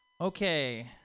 Okay